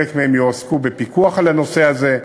חלק מהם יועסקו בפיקוח על הנושא הזה,